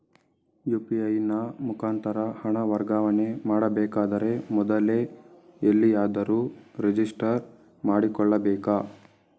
UPI ನ ಮುಖಾಂತರ ಹಣ ವರ್ಗಾವಣೆ ಮಾಡಬೇಕಾದರೆ ಮೊದಲೇ ಎಲ್ಲಿಯಾದರೂ ರಿಜಿಸ್ಟರ್ ಮಾಡಿಕೊಳ್ಳಬೇಕಾ?